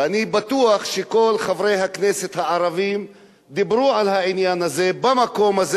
ואני בטוח שכל חברי הכנסת הערבים דיברו על העניין הזה במקום הזה.